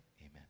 amen